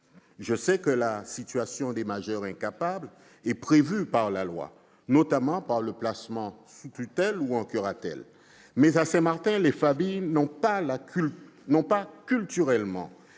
Je sais que la situation des majeurs incapables est prévue par la loi, notamment par le placement sous tutelle ou sous curatelle. Mais, à Saint-Martin, les familles n'ont pas culturellement